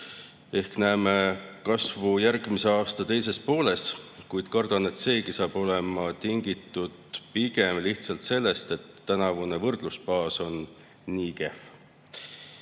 Ehk näeme kasvu järgmise aasta teises pooles, kuid kardan, et seegi saab olema tingitud pigem lihtsalt sellest, et tänavune võrdlusbaas on nii kehv.